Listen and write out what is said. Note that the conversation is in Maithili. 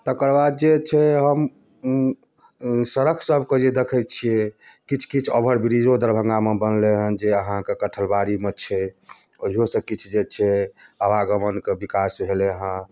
तकर बाद जे छै हम सड़क सभके जे देखै छिये किछु किछु ओवरब्रिजो दरभङ्गामे बनले है जे अहाँके कठरवारीमे छै ओहियो से किछु जे छै आवागमनके विकास भेलै है